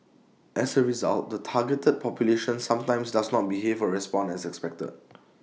as A result the targeted population sometimes does not behave or respond as expected